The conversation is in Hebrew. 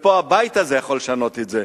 והבית הזה יכול לשנות את זה.